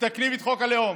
מתקנים את חוק הלאום.